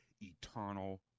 eternal